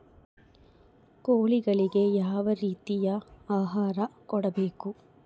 ಕೋಳಿಗಳಿಗೆ ಯಾವ ರೇತಿಯ ಆಹಾರ ಕೊಡಬೇಕು?